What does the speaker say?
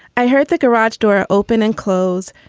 i heard the garage door open and close.